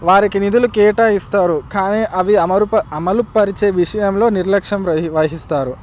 వారికి నిధులు కేటాయిస్తారు కానీ అవి అమరు అమలుపరిచే విషయంలో నిర్లక్ష్యం వహిస్తారు